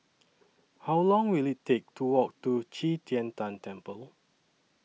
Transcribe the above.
How Long Will IT Take to Walk to Qi Tian Tan Temple